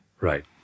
Right